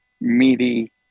meaty